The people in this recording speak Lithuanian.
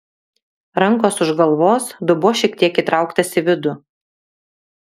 rankos už galvos dubuo šiek tiek įtrauktas į vidų